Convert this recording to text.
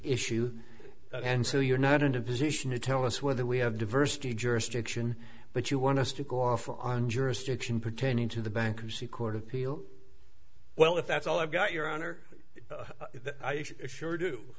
issue and so you're not in a position to tell us whether we have diversity jurisdiction but you want us to go off on jurisdiction pertaining to the bankruptcy court of appeal well if that's all i've got your honor i sure do